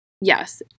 yes